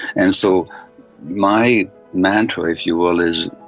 and so my mantra, if you will, is,